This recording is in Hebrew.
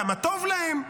כמה טוב להם,